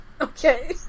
Okay